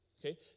Okay